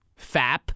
Fap